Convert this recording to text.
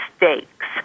mistakes